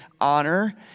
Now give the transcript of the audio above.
honor